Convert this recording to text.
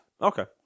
Okay